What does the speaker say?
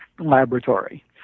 Laboratory